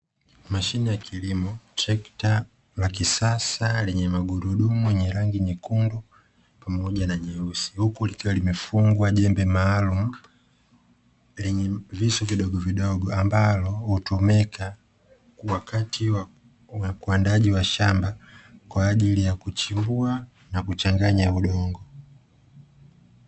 Mashine ya kilimo, trekta la kisasa lenye magurudumu yenye rangi nyekundu pamoja na nyeusi, huku likiwa limefungwa jembe maalumu lenye visu vidogovidogo ambalo hutumika wakati wa uandaaji wa shamba kwaajili yakuchimbua nakuchanganya udongo.